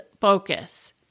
focus